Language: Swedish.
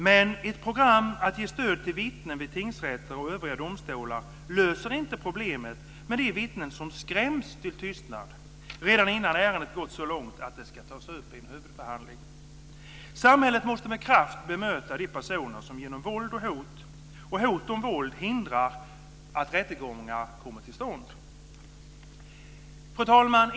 Men ett program att ge stöd till vittnen vid tingsrätter och övriga domstolar löser inte problemet med de vittnen som skräms till tystnad redan innan ärendet har gått så långt att det ska tas upp vid en huvudförhandling. Samhället måste med kraft bemöta de personer som genom våld eller hot om våld hindrar att rättegångar kommer till stånd. Fru talman!